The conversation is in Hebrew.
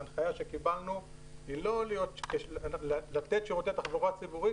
ההנחיה שקיבלנו היא לתת שירותי תחבורה ציבורית